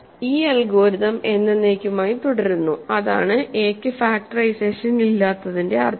ഈ അൽഗോരിതം എന്നെന്നേക്കുമായി തുടരുന്നു അതാണ് എ ക്കു ഫാക്ടറൈസേഷൻ ഇല്ലാത്തതിന്റെ അർത്ഥം